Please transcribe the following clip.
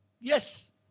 Yes